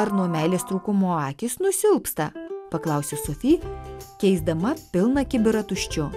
ar nuo meilės trūkumo akys nusilpsta paklausė sofi keisdama pilną kibirą tuščiu